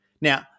Now